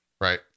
Right